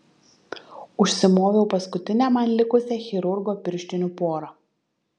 užsimoviau paskutinę man likusią chirurgo pirštinių porą